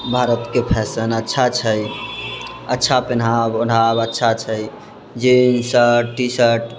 भारतके फैशन अच्छा छै अच्छा पहनाव ओढाव अच्छा छै जीन्स शर्ट टीशर्ट